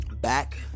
back